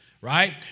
Right